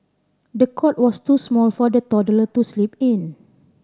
the cot was too small for the toddler to sleep in